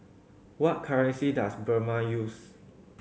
what currency does Burma use